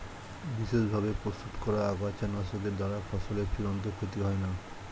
বিশেষ ভাবে প্রস্তুত করা আগাছানাশকের দ্বারা ফসলের চূড়ান্ত ক্ষতি হয় না